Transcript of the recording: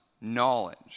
knowledge